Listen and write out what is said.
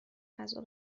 غذا